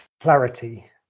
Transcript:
clarity